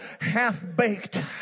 half-baked